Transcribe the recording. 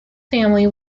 family